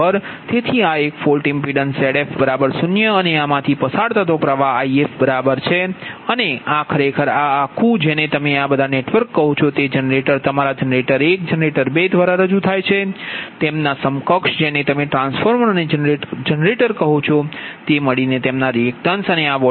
તેથી આ એક ફોલ્ટ ઇમ્પિડન્સ Zf0 અને આમાંથી પસાર થતો પ્ર્વાહ If બરાબર છે અને આ ખરેખર આ આખું જેને તમે બધા આ નેટવર્ક કહો છો તે જનરેટર તમારા જનરેટર 1 જનરેટર 2 દ્વારા રજૂ થાય છે તેમના સમકક્ષ જેને તમે ટ્રાન્સફોર્મર અને જનરેટર કહો છો તે મળીને તેમના રિએક્ટન્સ અને આ વોલ્ટેજ V40 છે ખરું